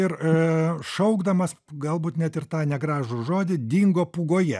ir šaukdamas galbūt net ir tą negražų žodį dingo pūgoje